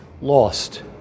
lost